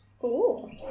Cool